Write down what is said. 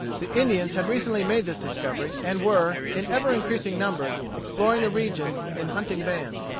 the indians had recently made this discovery, and were, in ever-increasing numbers, exploring the regions in hunting-bands.